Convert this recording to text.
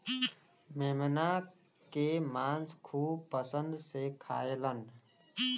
मेमना के मांस खूब पसंद से खाएलन